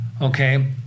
Okay